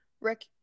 rick